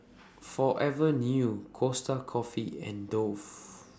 Forever New Costa Coffee and Dove